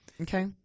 Okay